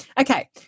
Okay